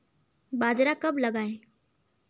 बाजरा कब लगाएँ?